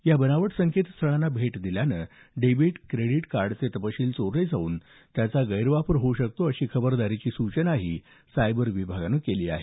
या बनावट संकेतस्थळांना भेट दिल्यानं डेबिट क्रेडिट कार्डचे तपशील चोरले जाऊन त्यांचा गैरवापर होऊ शकतो अशी खबरदारीची सूचनाही सायबर विभागानं केली आहे